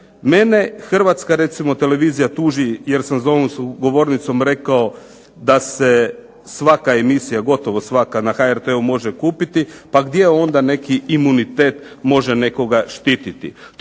mene recimo HRT tuži jer sam za ovom govornicom rekao da se gotovo svaka emisija na HRT-u može kupiti, pa gdje onda neki imunitet može nekoga štititi.